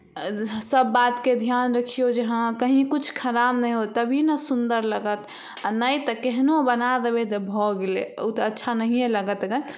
सब बातके ध्यान रखियौ जे हँ कहीँ किछु खराब नहि हो तभी ने सुन्दर लगत आओर नहि तऽ केहनो बना देबय तऽ भऽ गेलय उ तऽ अच्छा नहिये लागत गऽ